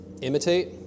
imitate